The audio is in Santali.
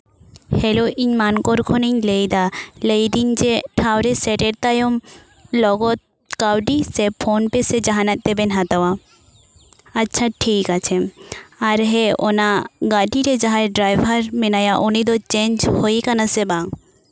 ᱦᱮᱞᱳ ᱤᱧ ᱢᱟᱱᱠᱚᱲ ᱠᱷᱚᱱᱤᱧ ᱞᱟᱹᱭᱮᱫᱟ ᱞᱟᱹᱭ ᱮᱫᱟᱹᱧ ᱡᱮ ᱴᱷᱟᱶᱨᱮ ᱥᱮᱴᱮᱨ ᱛᱟᱭᱚᱢ ᱞᱚᱜᱚᱛ ᱠᱟᱹᱣᱰᱤ ᱥᱮ ᱯᱷᱳᱱ ᱯᱮ ᱥᱮ ᱡᱟᱦᱟᱱᱟᱜ ᱛᱮᱵᱮᱱ ᱦᱟᱛᱟᱣᱟ ᱟᱪᱪᱷᱟ ᱴᱷᱤᱠ ᱟᱪᱪᱷᱮ ᱟᱨ ᱦᱮᱸ ᱚᱱᱟ ᱜᱟᱹᱰᱤᱨᱮ ᱡᱟᱦᱟᱸᱭ ᱰᱟᱭᱵᱷᱟᱨ ᱢᱮᱱᱟᱭᱟ ᱩᱱᱤ ᱫᱚ ᱪᱮᱧᱡ ᱦᱩᱭ ᱟᱠᱟᱱᱟ ᱥᱮ ᱵᱟᱝ